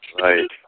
Right